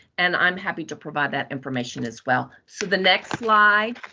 and i'm happy to provide that information as well. so the next slide.